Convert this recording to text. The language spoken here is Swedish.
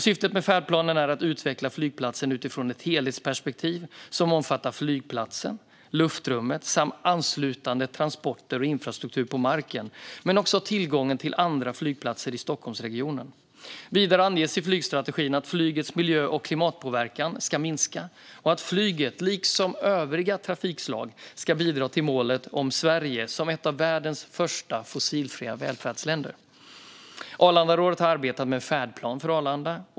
Syftet med färdplanen är att utveckla flygplatsen utifrån ett helhetsperspektiv som omfattar flygplatsen, luftrummet samt anslutande transporter och infrastruktur på marken, men också tillgången till andra flygplatser i Stockholmsregionen. Vidare anges i flygstrategin att flygets miljö och klimatpåverkan ska minska och att flyget, liksom övriga trafikslag, ska bidra till målet om Sverige som ett av världens första fossilfria välfärdsländer. Arlandarådet har arbetat med en färdplan för Arlanda.